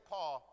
Paul